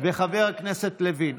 וחבר הכנסת לוין.